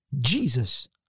Jesus